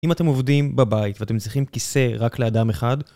אם אתם עובדים בבית ואתם צריכים כיסא רק לאדם אחד